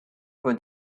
for